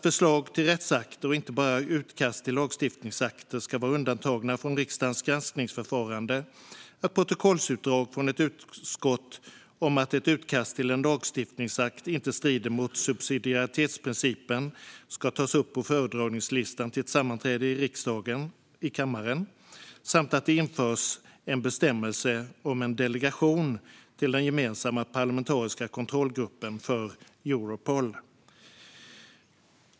Förslag till rättsakter, och inte bara utkast till lagstiftningsakter, ska vara undantagna från riksdagens granskningsförfarande. Protokollsutdrag från ett utskott om att ett utkast till en lagstiftningsakt inte strider mot subsidiaritetsprincipen ska tas upp på föredragningslistan till ett sammanträde i riksdagens kammare. Det införs en bestämmelse om en delegation till den gemensamma parlamentariska kontrollgruppen för Europol.